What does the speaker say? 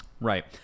Right